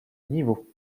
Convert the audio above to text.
niveau